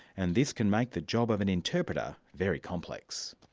and this can make the job of an interpreter very complex.